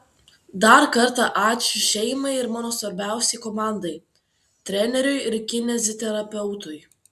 dar kartą ačiū šeimai ir mano svarbiausiai komandai treneriui ir kineziterapeutui